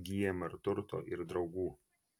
įgyjama ir turto ir draugų